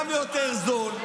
זה גם יותר זול,